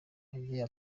agiye